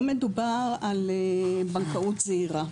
לא מדובר על בנקאות זעירה.